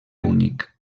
únic